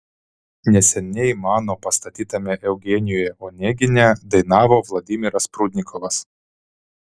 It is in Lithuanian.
neseniai mano pastatytame eugenijuje onegine dainavo vladimiras prudnikovas